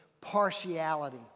partiality